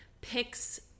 picks